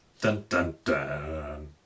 Dun-dun-dun